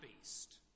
beast